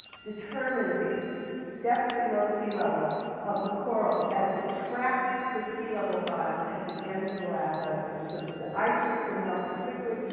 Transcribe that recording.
determine the depth below sea level of the coral as it tracked the sea level rise at the end of the last ice age. so as the ice sheets are melting quickly,